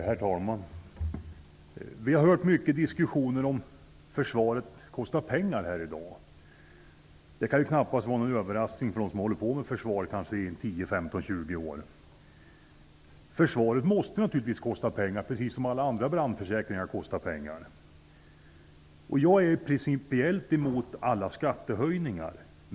Herr talman! Vi har hört många diskussioner här i dag. Försvaret kostar pengar säger man. Det kan knappast vara någon överraskning för dem som i kanske 10, 15 eller 20 år hållit på med försvarsfrågor. Försvaret måste naturligtvis kosta pengar, precis som alla andra brandförsäkringar kostar pengar. Jag är principiellt emot alla skattehöjningar.